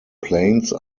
plains